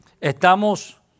Estamos